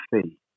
fee